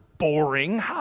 Boring